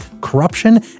corruption